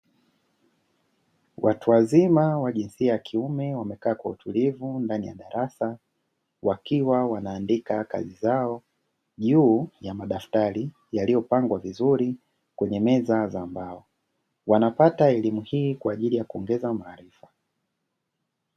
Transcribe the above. Watu wazima wa jinsia ya kiume wamekaa kwa utulivu ndani ya darasa wakiwa wanaandika kazi zao juu ya madaftari yaliyopangwa vizuri kwenye meza za mbao, wanapata elimu hii kwa ajili ya kuongeza maarifa.